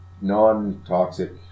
Non-toxic